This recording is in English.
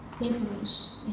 influence